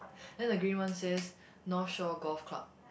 then the green one says North Shore Golf Club